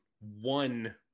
one